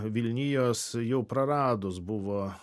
vilnijos jau praradus buvo